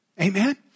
amen